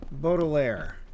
Baudelaire